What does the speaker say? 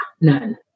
none